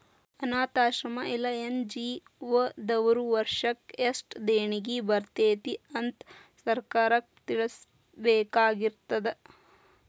ಅನ್ನಾಥಾಶ್ರಮ್ಮಾ ಇಲ್ಲಾ ಎನ್.ಜಿ.ಒ ದವ್ರು ವರ್ಷಕ್ ಯೆಸ್ಟ್ ದೇಣಿಗಿ ಬರ್ತೇತಿ ಅಂತ್ ಸರ್ಕಾರಕ್ಕ್ ತಿಳ್ಸಬೇಕಾಗಿರ್ತದ